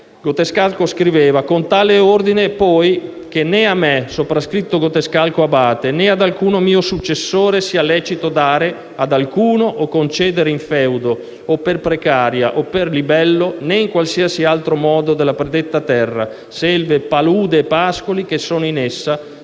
Gotescalco scriveva: «Con tale ordine poi che né a me, soprascritto Gotescalco Abate, né ad alcun mio successore sia lecito dare ad alcuno o concedere in feudo o per precaria o per libello né in qualsiasi altro modo della predetta terra, selve e paludi e pascoli che sono in essa,